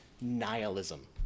nihilism